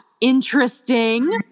Interesting